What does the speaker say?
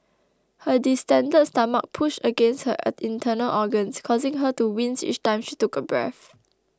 her distended stomach pushed against her internal organs causing her to wince each time she took a breath